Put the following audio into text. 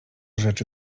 rzeczy